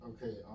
Okay